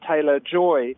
Taylor-Joy